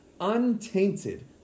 untainted